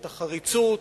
את החריצות,